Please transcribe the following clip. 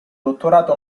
dottorato